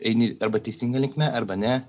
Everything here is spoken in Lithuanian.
eini arba teisinga linkme arba ne